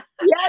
yes